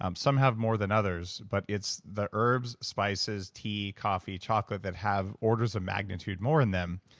um some have more than others, but it's the herbs, spices, tea, coffee, chocolate that have orders of magnitude more in them.